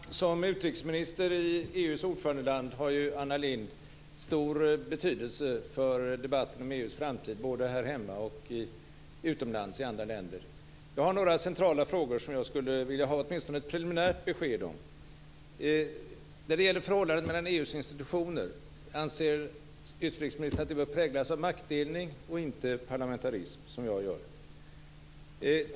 Fru talman! Som utrikesminister i EU:s ordförandeland har Anna Lindh stor betydelse för debatten om EU:s framtid både här hemma och utomlands. Jag har några centrala frågor som jag skulle vilja ha åtminstone ett preliminärt besked om. När det gäller förhållandet mellan EU:s institutioner - anser utrikesministern att det bör präglas av maktdelning och inte av parlamentarism?